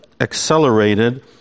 accelerated